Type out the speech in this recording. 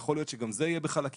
יכול להיות שגם זה יהיה בחלקים,